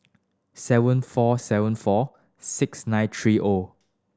seven four seven four six nine three O